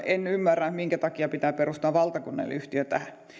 en ymmärrä minkä takia pitää perustaa valtakunnallinen yhtiö tähän